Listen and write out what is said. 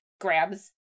grabs